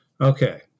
Okay